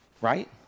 Right